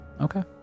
Okay